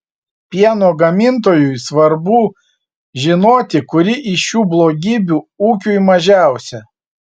pieno gamintojui svarbu žinoti kuri iš šių blogybių ūkiui mažiausia